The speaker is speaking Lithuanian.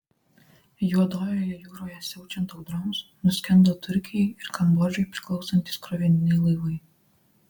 juodojoje jūroje siaučiant audroms nuskendo turkijai ir kambodžai priklausantys krovininiai laivai